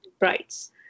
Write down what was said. rights